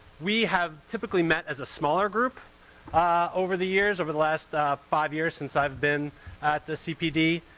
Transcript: we have typically met as a smaller group ah over the years, over the last five years since i've been at the cpd,